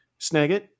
Snagit